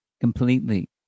completely